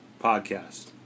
podcast